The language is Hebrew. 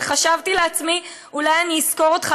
וחשבתי לעצמי: אולי אני אשכור אותך,